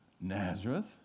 Nazareth